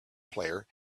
player